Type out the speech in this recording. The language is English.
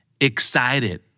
Excited